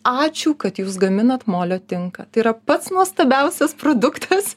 ačiū kad jūs gaminat molio tinką tai yra pats nuostabiausias produktas